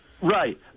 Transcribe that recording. right